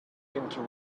into